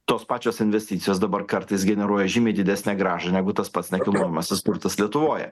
tos pačios investicijos dabar kartais generuoja žymiai didesnę grąžą negu tas pats nekilnojamasis turtas lietuvoje